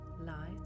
light